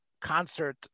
Concert